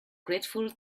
grateful